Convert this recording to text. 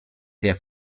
der